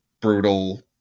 brutal